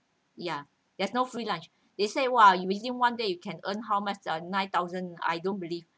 ya there's no free lunch they say !wow! you within one day you can earn how much uh nine thousand I don't believe